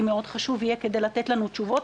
מאוד חשוב יהיה כדי לתת לנו תשובות.